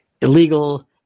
illegal